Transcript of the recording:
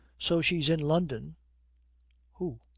so she is in london who?